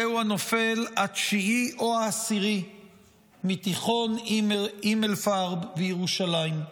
זהו הנופל התשיעי או העשירי מתיכון הימלפרב בירושלים,